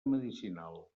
medicinal